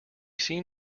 seem